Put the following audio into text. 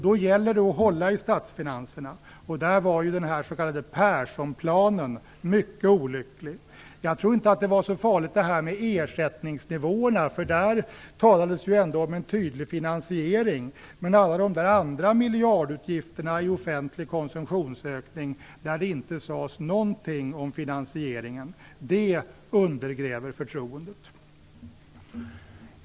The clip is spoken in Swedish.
Det gäller alltså att hålla i statsfinanserna, och därför var den s.k. Perssonplanen mycket olycklig. Jag tror inte att det som gällde ersättningsnivåerna var så farligt - där talades det ju ändå om en tydlig finansiering. Men alla de andra miljardutgifterna i offentlig konsumtionsökning som det inte sades någonting om finansieringen av undergräver förtroendet.